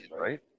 Right